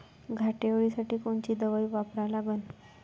घाटे अळी साठी कोनची दवाई वापरा लागन?